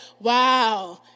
wow